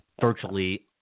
virtually